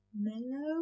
mellow